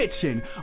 kitchen